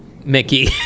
Mickey